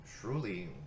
truly